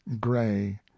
gray